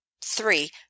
three